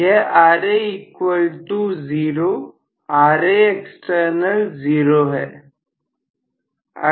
यह Ra equal to 0 Raext 0 है